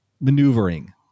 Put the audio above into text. maneuvering